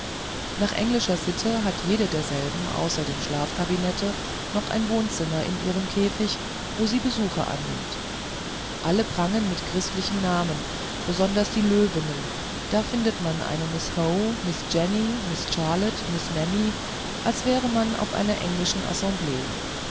nach englischer sitte hat jede derselben außer dem schlafkabinette noch ein wohnzimmer in ihrem käfig wo sie besuch annimmt alle prangen mit christlichen namen besonders die löwinnen da findet man eine miß howe miß jenny miß charlotte miß nanny als wäre man auf einer englischen assemblee